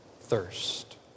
thirst